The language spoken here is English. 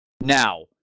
Now